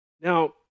Now